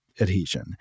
adhesion